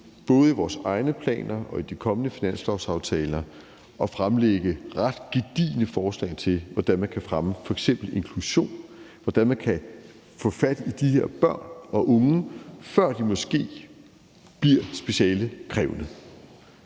både vores i egne planer og i de kommende finanslovsaftaler at fremlægge ret gedigne forslag til, hvordan man kan fremme f.eks. inklusion, hvordan man kan få fat i de her børn og unge, før de måske bliver specialekrævende.